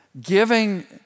giving